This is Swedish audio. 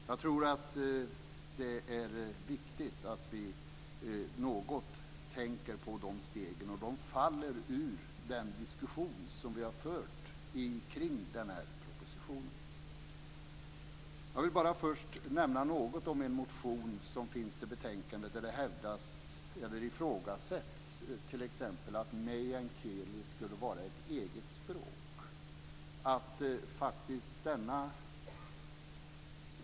Jag tror att det är viktigt att vi något tänker på dessa steg. De faller ur den diskussion som vi har fört kring den här propositionen. Jag vill nämna något om en motion som finns i betänkandet. Där ifrågasätts det att meänkieli skulle vara ett eget språk.